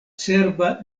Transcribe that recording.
serba